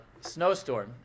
snowstorm